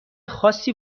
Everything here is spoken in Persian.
خاصی